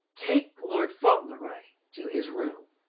take lord fauntleroy to his room.